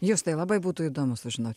jūstai labai būtų įdomu sužinot